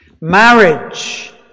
Marriage